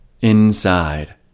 Inside